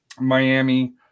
Miami